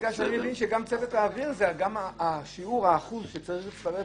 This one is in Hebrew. בגלל שאני מבין שגם שיעור האחוז שצריך להצטרף